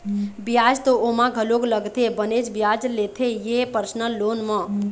बियाज तो ओमा घलोक लगथे बनेच बियाज लेथे ये परसनल लोन म